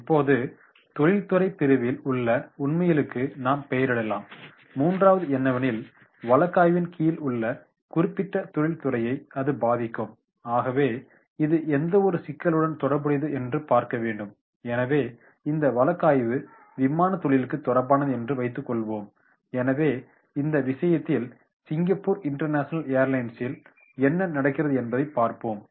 இப்போது தொழில்துறை பிரிவில் உள்ள உண்மைகளுக்கு நாம் பெயரிடலாம் மூன்றாவது என்னவெனில் வழக்காய்வின் கீழ் உள்ள குறிப்பிட்ட தொழிற்துறையை அது பாதிக்கும் ஆகவே இது எந்தவொரு சிக்கலுடனும் தொடர்புடையது என்று பார்க்க வேண்டும் எனவே இந்த வழக்காய்வு விமானத் தொழிலுக்கு தொடர்பானது என்று வைத்துக் கொள்வோம் எனவே அந்த விஷயத்தில் சிங்கப்பூர் இன்டர்நேஷனல் ஏர்லைன்ஸில் என்ன நடக்கிறது என்பதை பார்ப்போம்